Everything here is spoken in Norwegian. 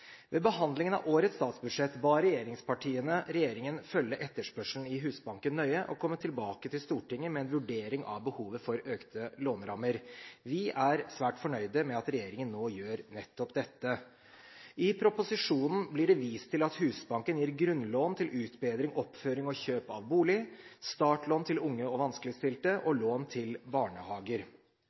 Ved behandlingen av årets statsbudsjett ba regjeringspartiene regjeringen følge etterspørselen i Husbanken nøye og komme tilbake til Stortinget med en vurdering av behovet for økte lånerammer. Vi er svært fornøyde med at regjeringen nå gjør nettopp dette. I proposisjonen blir det vist til at Husbanken gir grunnlån til utbedring, oppføring og kjøp av bolig, startlån til unge og vanskeligstilte og lån til barnehager.